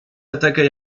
attaques